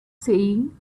saying